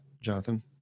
Jonathan